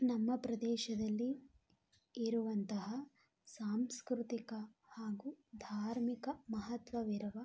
ನಮ್ಮ ಪ್ರದೇಶದಲ್ಲಿ ಇರುವಂತಹ ಸಾಂಸ್ಕೃತಿಕ ಹಾಗೂ ಧಾರ್ಮಿಕ ಮಹತ್ವವಿರುವ